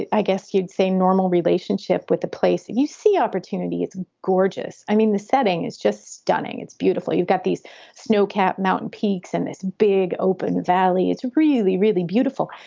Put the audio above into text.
i guess you'd say, normal relationship with the place you see opportunity. it's gorgeous. i mean, the setting is just stunning. it's beautiful. you've got these snowcapped mountain peaks and this big open valley. it's really, really beautiful.